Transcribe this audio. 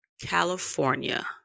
California